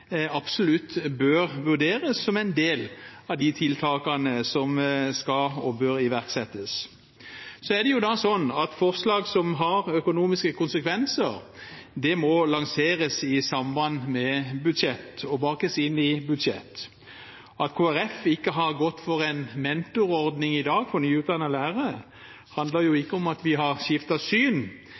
absolutt bør vurderes som en del av de tiltakene som skal og bør iverksettes. Så er det sånn at forslag som har økonomiske konsekvenser, må lanseres i forbindelse med budsjettet og bakes inn i budsjettet. At Kristelig Folkeparti ikke har gått for en mentorordning for nyutdannede lærere i dag, handler ikke om at vi har skiftet syn,